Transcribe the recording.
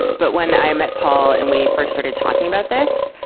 but when i met paul and we first started talking about this,